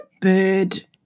bird